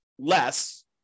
less